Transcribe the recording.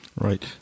Right